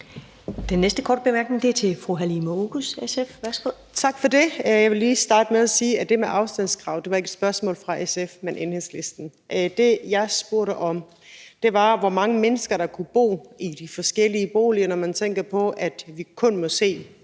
Den næste korte bemærkning er til fru Halime Oguz, SF. Værsgo. Kl. 15:01 Halime Oguz (SF): Tak for det. Jeg vil lige starte med at sige, at det med afstandskravet ikke var et spørgsmål fra SF, men fra Enhedslisten. Det, jeg spurgte om, var, hvor mange mennesker der kunne bo i de forskellige boliger, når man tænker på, at vi kun må se